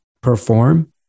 perform